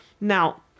Now